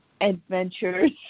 adventures